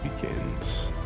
begins